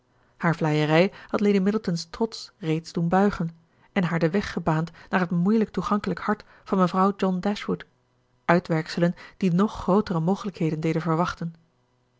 haar vleierij had lady middleton's trots reeds doen buigen en haar den weg gebaand naar het moeilijk toegankelijk hart van mevrouw john dashwood uitwerkselen die nog grootere mogelijkheden deden verwachten